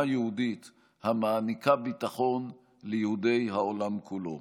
יהודית המעניקה ביטחון ליהודי העולם כולו.